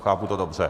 Chápu to dobře?